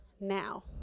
now